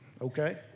Okay